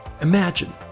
Imagine